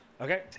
Okay